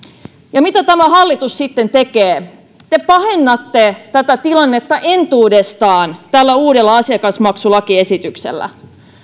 ja mitä tämä hallitus sitten tekee te pahennatte tilannetta entuudestaan uudella asiakasmaksulakiesityksellä